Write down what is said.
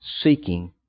seeking